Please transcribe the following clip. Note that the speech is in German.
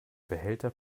behälter